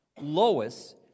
Lois